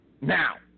Now